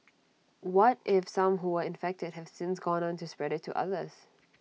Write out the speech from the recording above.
what if some who were infected have since gone on to spread IT to others